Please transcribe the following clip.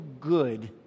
good